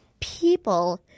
people